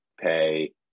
pay